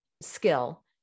skill